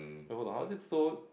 err hold on how is it so